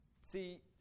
See